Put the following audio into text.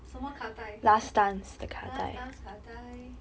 什么卡带 last dance 卡带